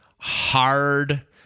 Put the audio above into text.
hard